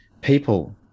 people